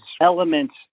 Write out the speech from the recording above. elements